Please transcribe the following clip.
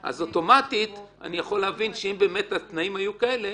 אוטומטית, אני יכול להבין שאם התנאים היו כאלה,